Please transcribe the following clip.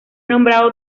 nombrado